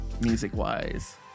music-wise